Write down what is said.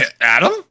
Adam